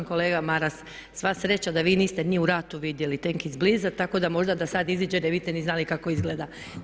Kolega Maras, sva sreća da vi niste ni u ratu vidjeli tenk izbliza tako da možda da sada izađete ne biste ni znali kako izgleda.